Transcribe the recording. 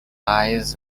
lies